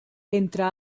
entre